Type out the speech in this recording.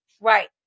Right